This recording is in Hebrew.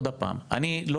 אני אגיד עוד פעם,